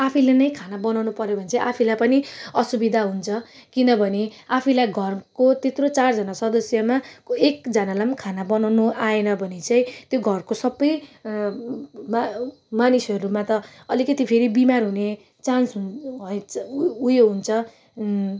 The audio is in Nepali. आफैले नै खाना बनाउनु पऱ्यो भने चाहिँ आफैलाई पनि असुविधा हुन्छ किनभने आफैलाई घरको यत्रो चारजाना सदस्यमा एकजानालाई नि खाना बनाउनु आएन भने चाहिँ त्यो घरको सबै मा मानिसहरूमा त अलिकिति फेरि बिमार हुने चान्स उयो हुन्छ